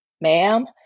ma'am